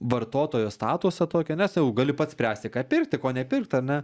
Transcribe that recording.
vartotojo statusą tokį nes jau gali pats spręsti ką pirkti ko nepirkt ar ne